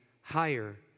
higher